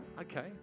okay